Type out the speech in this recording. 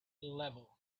level